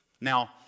Now